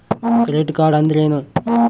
Credit card ಅಂದ್ರೇನು?